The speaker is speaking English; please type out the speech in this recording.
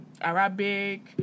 Arabic